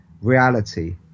reality